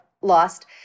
lost